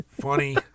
Funny